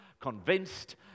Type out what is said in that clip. convinced